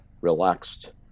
relaxed